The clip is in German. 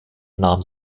nahm